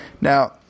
Now